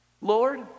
Lord